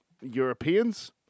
Europeans